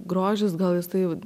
grožis gal jisai